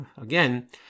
again